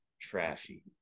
trashy